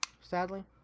sadly